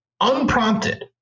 unprompted